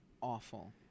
awful